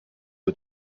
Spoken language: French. aux